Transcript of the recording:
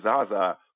Zaza